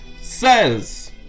says